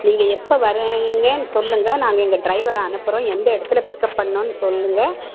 நீங்கள் எப்போ வரீங்கன்னு சொல்லுங்கள் நாங்கள் எங்கள் ட்ரைவரை அனுப்புகிறோம் எந்த இடத்துல பிக்அப் பண்ணணுன்னு சொல்லுங்கள்